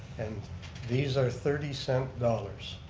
and these are thirty cent dollars.